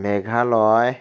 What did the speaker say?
Meghalaya